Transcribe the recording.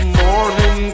morning